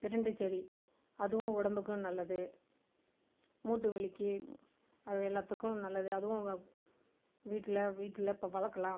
பிரண்டை செடி அதுவும் உடம்புக்கும் நல்லது மூட்டு வலிக்கு அது எல்லாத்துக்கும் நல்லது அதுவும் வீட்டில் வீட்டில் இப்போ வளர்க்கலாம்